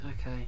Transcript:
okay